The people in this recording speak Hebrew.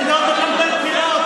לדאוג לקמפיין בחירות?